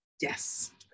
Yes